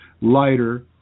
lighter